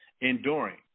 enduring